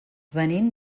venim